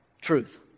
truth